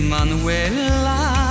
Manuela